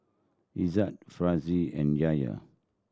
Izzat Firash and Yahya